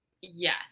Yes